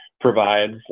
provides